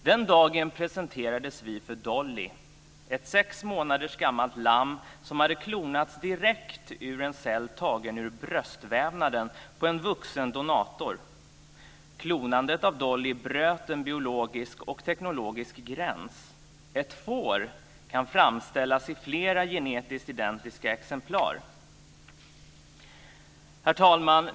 Den dagen presenterades vi för Dolly, ett sex månader gammalt lamm som hade klonats direkt ur en cell tagen ur bröstvävnaden på en vuxen donator. Klonandet av Dolly bröt en biologisk och teknologisk gräns. Ett får kan framställas i flera genetiskt identiska exemplar! Herr talman!